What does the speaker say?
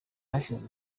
hashize